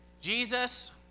Jesus